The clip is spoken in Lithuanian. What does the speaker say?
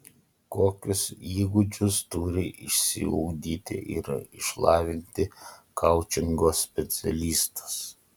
kokius įgūdžius turi išsiugdyti ir išlavinti koučingo specialistas